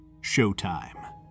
Showtime